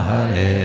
Hare